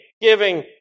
giving